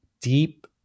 deep